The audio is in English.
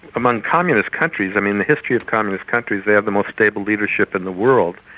among communist countries, i mean the history of communist countries, they have the most stable leadership in the world.